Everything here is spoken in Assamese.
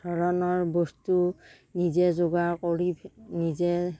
ধৰণৰ বস্তু নিজে যোগাৰ কৰি নিজে